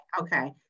okay